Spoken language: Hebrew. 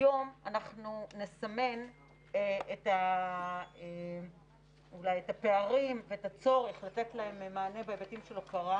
היום אנחנו נסמן את הפערים ואת הצורך לתת להם מענה בהיבטים של הוקרה.